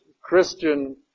Christian